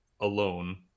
alone